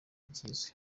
kizwi